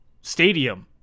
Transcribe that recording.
stadium